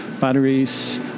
batteries